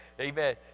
Amen